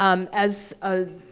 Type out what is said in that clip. um as a,